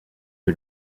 que